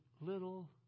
little